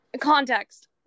Context